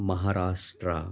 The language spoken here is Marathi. महाराष्ट्र